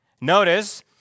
Notice